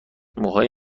موهای